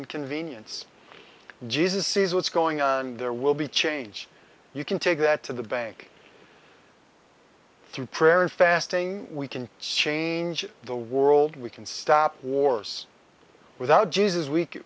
and convenience jesus sees what's going on there will be change you can take that to the bank through prayer and fasting we can change the world we can stop wars without jesus week